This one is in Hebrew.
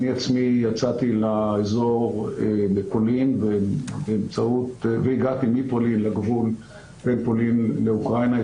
אני עצמי יצאתי לאזור בפולין והגעתי מפולין לגבול בין פולין לאוקראינה.